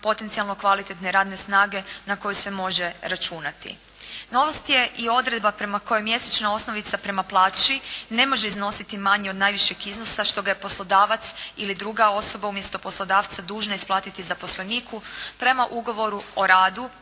potencijalno kvalitetne radne snage na koju se može računati. Novost je i odredba prema kojoj mjesečna osnovica prema plaći ne može iznositi manje od najmanjeg iznosa što ga je poslodavac ili druga osoba umjesto poslodavca dužna isplatiti zaposleniku prema Ugovoru o radu,